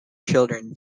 children